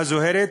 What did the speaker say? הזוהרת,